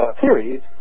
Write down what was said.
theories